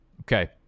Okay